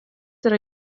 yra